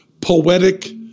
poetic